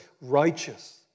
righteous